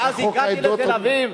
ואז הגענו לתל-אביב,